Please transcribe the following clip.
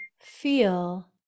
feel